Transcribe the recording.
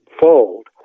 fold